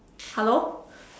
hello